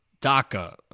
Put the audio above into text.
DACA